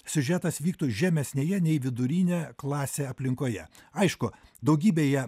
siužetas vyktų žemesnėje nei vidurinė klasė aplinkoje aišku daugybėje